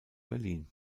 berlin